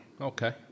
Okay